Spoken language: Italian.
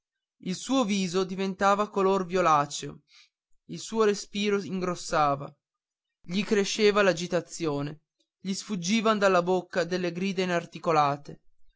il suo viso diventava color violaceo il suo respiro ingrossava gli cresceva l'agitazione gli sfuggivan dalla bocca delle grida inarticolate